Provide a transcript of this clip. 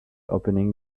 opening